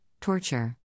torture